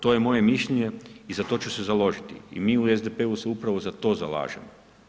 To je moje mišljenje i za to ću se založiti i mi u SDP-u se upravo za to zalažemo.